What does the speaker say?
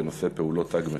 בנושא: פעולות "תג מחיר".